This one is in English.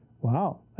Wow